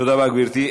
תודה רבה, גברתי.